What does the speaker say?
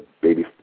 baby